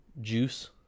juice